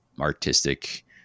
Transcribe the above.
artistic